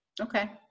Okay